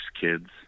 kids